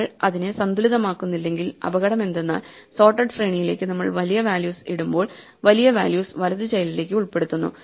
നമ്മൾ അതിനെ സന്തുലിതമാക്കുന്നില്ലെങ്കിൽ അപകടം എന്തെന്നാൽ സോർട്ടഡ് ശ്രേണിയിലേക്ക് നമ്മൾ വലിയ വാല്യൂസ് ഇടുമ്പോൾ വലിയ വാല്യൂസ് വലതു ചൈൽഡിലേക്കു ഉൾപ്പെടുത്തുന്നു